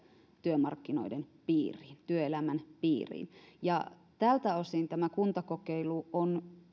työmarkkinoiden piiriin työelämän piiriin tältä osin kuntakokeilu on